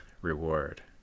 reward